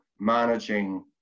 managing